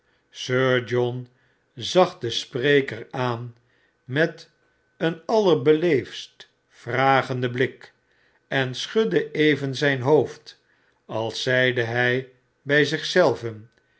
sir john zag den spreker aan met een allerbeleefdst vragenden blik en schudde even zijn hoofd als zeide hij bij